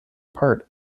part